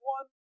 one